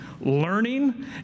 learning